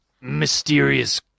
mysterious